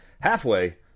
halfway